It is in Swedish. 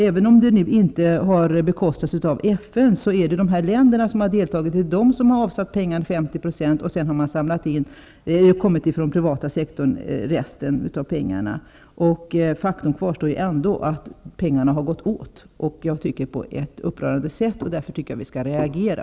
Även om FN inte har bekostat det hela har de deltagande länderna avsatt 50 %, medan resten kommit från den privata sektorn. Faktum kvarstår att pengarna har gått åt. Jag tycker att det är upprörande och vill därför att vi skall reagera.